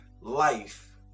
life